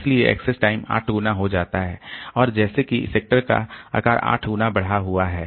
इसलिए access time आठ गुना हो जाता है और जैसे कि सेक्टर का आकार आठ गुना बढ़ा हुआ है